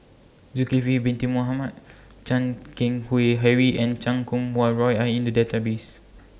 Zulkifli Bin Mohamed Chan Keng Howe Harry and Chan Kum Wah Roy Are in The Database